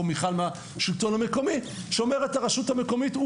מיכל מהשלטון המקומי - הרשות המקומית אומרת,